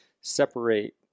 separate